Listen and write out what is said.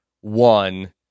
one